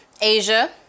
Asia